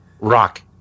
Rock